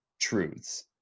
truths